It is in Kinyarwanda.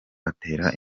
atera